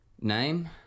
name